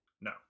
No